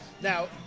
now